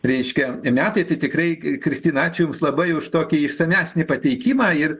reiškia metai tai tikrai kristina ačiū jums labai už tokį išsamesnį pateikimą ir